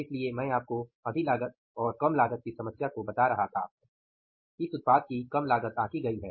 इसलिए मैं आपको अधिलागत और कम लागत की समस्या को बता रहा था इस उत्पाद की कम लागत आंकी गई है